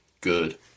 good